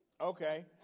Okay